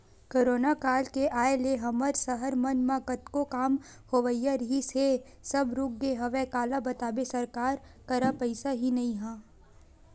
corona काल के आय ले हमर सहर मन म कतको काम होवइया रिहिस हे सब रुकगे हवय काला बताबे सरकार करा पइसा ही नइ ह